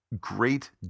great